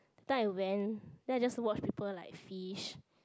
then I went then I just watch people like fish